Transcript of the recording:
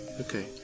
Okay